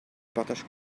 partage